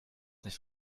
nicht